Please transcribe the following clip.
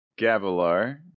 Gavilar